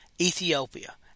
Ethiopia